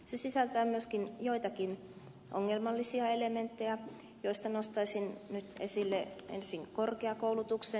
se sisältää myöskin joitakin ongelmallisia elementtejä joista nostaisin nyt esille ensin korkeakoulutuksen